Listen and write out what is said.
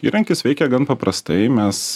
įrankis veikia gan paprastai mes